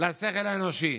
לשכל האנושי.